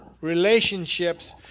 Relationships